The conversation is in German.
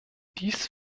dies